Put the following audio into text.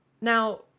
Now